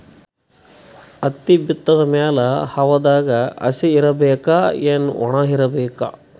ಹತ್ತಿ ಬಿತ್ತದ ಮ್ಯಾಲ ಹವಾದಾಗ ಹಸಿ ಇರಬೇಕಾ, ಏನ್ ಒಣಇರಬೇಕ?